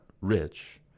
rich